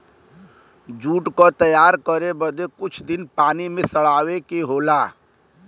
jute क तैयार करे बदे कुछ दिन पानी में सड़ावे के होला